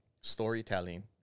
storytelling